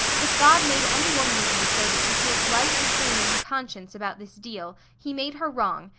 if god made any woman of you so that she feels right and clean in her conscience about this deal, he made her wrong,